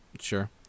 Sure